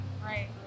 right